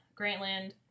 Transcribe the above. Grantland